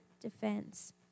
defense